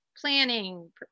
planning